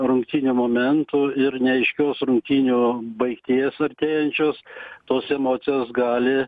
rungtynių momentų ir neaiškios rungtynių baigties artėjančios tos emocijos gali